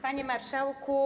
Panie Marszałku!